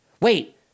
Wait